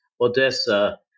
Odessa